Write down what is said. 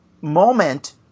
moment